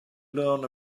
learn